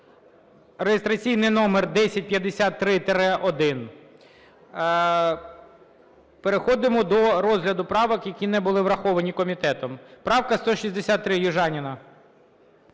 реєстраційний номер 1053-1. Переходимо до розгляду правок, які не були враховані комітетом. Правка 163, Южаніна.